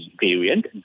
variant